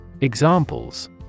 Examples